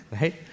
Right